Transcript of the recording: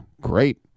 great